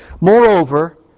Moreover